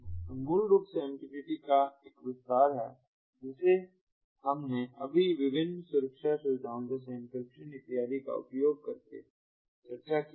तो मूल रूप से यह MQTT का एक विस्तार है जिसे हमने अभी विभिन्न सुरक्षा सुविधाओं जैसे एन्क्रिप्शन इत्यादि का उपयोग करके चर्चा की थी